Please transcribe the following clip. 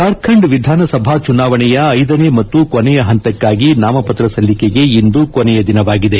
ಜಾರ್ಖಂಡ್ ವಿಧಾನಸಭಾ ಚುನಾವಣೆಯ ಐದನೇ ಮತ್ತು ಕೊನೆಯ ಪಂತಕ್ನಾಗಿ ನಾಮಪತ್ರ ಸಲ್ಲಿಕೆಗೆ ಇಂದು ಕೊನೆಯ ದಿನವಾಗಿದೆ